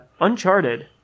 uncharted